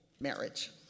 marriage